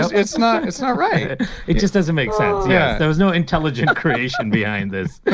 it's not it's not right it just doesn't make sense. yeah there was no intelligent creation behind this.